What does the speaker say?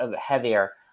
heavier